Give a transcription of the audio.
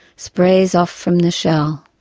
sprays off from the shell